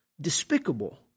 Despicable